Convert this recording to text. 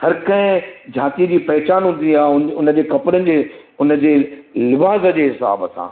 हर कंहिं ज़ाती जी पहचानु हूंदी आहे उन जे कपिड़े जी उन जे लिवाज़ जे हिसाब सां